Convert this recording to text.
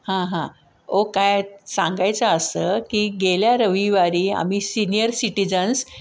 हां हां ओ काय सांगायचं असं की गेल्या रविवारी आम्ही सिनियर सिटीजन्स